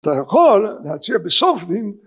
אתה יכול להציע בסוף דין